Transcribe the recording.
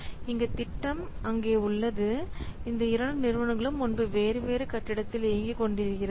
இங்கு திட்டம் அங்கே உள்ளது இந்த இரண்டு நிறுவனங்களும் முன்பு வேறு வேறு கட்டிடத்தில் இயங்கி கொண்டிருந்தது